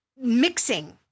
mixing